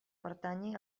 pertanyi